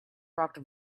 rocked